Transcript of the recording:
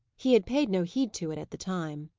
he had paid no heed to it at the time.